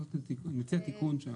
אנחנו נציע תיקון שם.